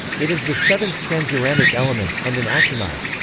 it is the seventh transuranic element, and an actinide.